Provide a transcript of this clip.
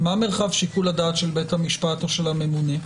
מה מרחב שיקול הדעת של בית המשפט או של הממונה?